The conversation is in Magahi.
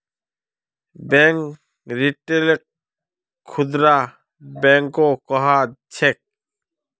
बैंक रिटेलक खुदरा बैंको कह छेक